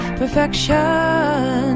perfection